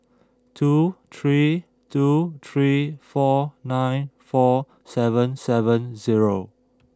two three two three four nine four seven seven zero